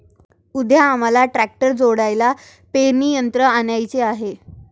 उद्या आम्हाला ट्रॅक्टरला जोडायला पेरणी यंत्र आणायचे आहे